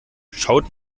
schaut